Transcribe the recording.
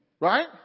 Right